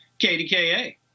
KDKA